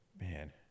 man